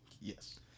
Yes